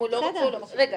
אם הוא לא רוצה לא מוכר.